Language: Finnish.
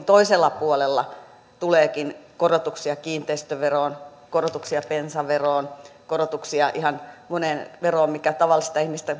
toisella puolella tuleekin korotuksia kiinteistöveroon korotuksia bensaveroon korotuksia ihan moneen veroon mikä tavallista ihmistä